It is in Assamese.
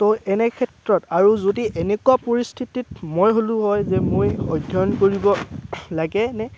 তো এনে ক্ষেত্ৰত আৰু এনেকুৱা পৰিস্থিতিত মই হ'লো হয় যে মই অধ্যয়ন কৰিব লাগে নে